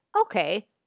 Okay